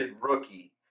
rookie –